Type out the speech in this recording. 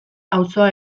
auzoa